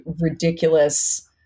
ridiculous